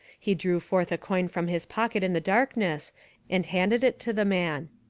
he drew forth a coin from his pocket in the darkness and handed it to the man.